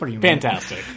Fantastic